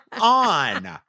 on